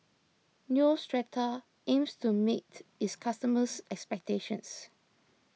Neostrata aims to meet its customers' expectations